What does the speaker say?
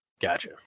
Gotcha